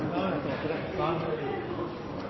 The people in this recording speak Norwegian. der alle land